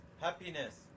happiness